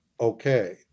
okay